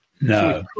No